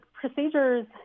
procedures